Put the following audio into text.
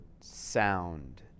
sound